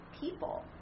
people